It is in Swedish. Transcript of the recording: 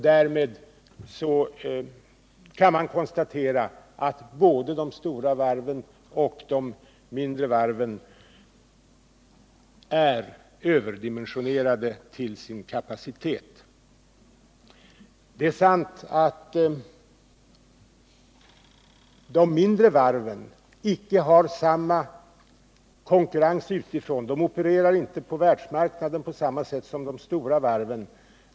Därmed kan man konstatera att både de stora varven och de mindre varven är överdimensionerade till sin kapacitet. Det är sant att de mindre varven icke har samma konkurrens utifrån. De opererar inte på världsmarknaden på samma sätt som de stora varven.